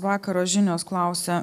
vakaro žinios klausė